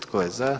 Tko je za?